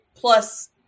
plus